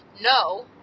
no